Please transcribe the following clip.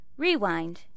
Rewind